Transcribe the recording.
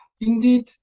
Indeed